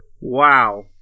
Wow